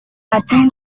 latín